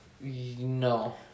No